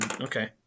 Okay